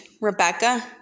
Rebecca